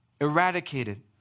Eradicated